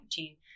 2019